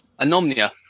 Anomnia